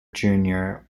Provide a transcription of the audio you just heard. junior